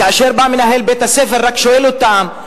כאשר בא מנהל בית-הספר ורק שואל אותם,